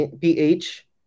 PH